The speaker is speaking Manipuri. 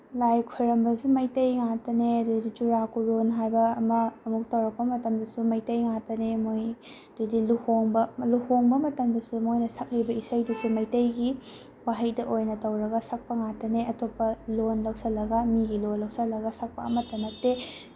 ꯂꯥꯏ ꯈꯣꯏꯔꯝꯕꯁꯨ ꯃꯩꯇꯩ ꯉꯛꯇꯅꯦ ꯑꯗꯨꯗ ꯆꯨꯔꯥꯀꯣꯔꯣꯟ ꯍꯥꯏꯕ ꯑꯃ ꯑꯃꯨꯛ ꯇꯧꯔꯛꯄ ꯃꯇꯝꯗꯁꯨ ꯃꯩꯇꯩ ꯉꯛꯇꯅꯦ ꯃꯣꯏ ꯑꯗꯨꯗꯩ ꯂꯨꯍꯣꯡꯕ ꯂꯨꯍꯣꯡꯕ ꯃꯇꯝꯗꯁꯨ ꯃꯣꯏꯅ ꯁꯛꯂꯤꯕ ꯏꯁꯩꯗꯨꯁꯨ ꯃꯩꯇꯩꯒꯤ ꯋꯥꯍꯩꯗ ꯑꯣꯏꯅ ꯇꯧꯔꯒ ꯁꯛꯄ ꯉꯛꯇꯅꯦ ꯑꯇꯣꯞꯄ ꯂꯣꯟ ꯂꯧꯁꯤꯜꯂꯒ ꯃꯤꯒꯤ ꯂꯣꯟ ꯂꯧꯁꯤꯜꯂꯒ ꯁꯛꯄ ꯑꯃꯠꯇ ꯅꯠꯇꯦ